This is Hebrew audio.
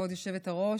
כבוד היושבת-ראש,